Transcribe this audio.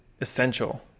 essential